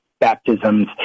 baptisms